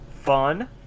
fun